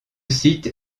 site